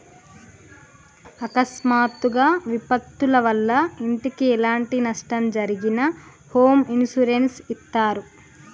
అకస్మాత్తుగా విపత్తుల వల్ల ఇంటికి ఎలాంటి నష్టం జరిగినా హోమ్ ఇన్సూరెన్స్ ఇత్తారు